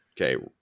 okay